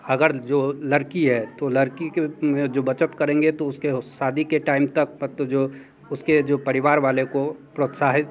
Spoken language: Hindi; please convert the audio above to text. अगर जो लड़की है तो लड़की के में जो बचत करेंगे तो उसके शादी के टाइम तक पत जो उसके जो परिवार वाले को प्रोत्साहित